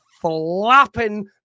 flapping